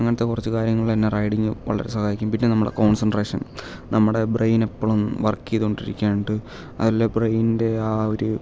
അങ്ങനത്തെ കുറച്ച് കാര്യങ്ങൾ എന്നെ റൈഡിങ്ങ് വളരെ സഹായിക്കും പിന്നെ നമ്മുടെ കോൺസൻട്രേഷൻ നമ്മുടെ ബ്രെയിൻ എപ്പോളും വർക്ക് ചെയ്തുകൊണ്ട് ഇരിക്കാനായിട്ട് അതല്ലേ ബ്രെയിനിൻ്റെ ആ ഒരു